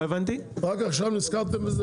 למה רק עכשיו העלית את זה?